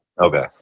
okay